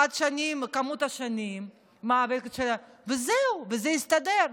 עד כמות השנים, וזהו, זה הסתדר.